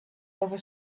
over